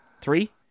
Three